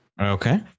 Okay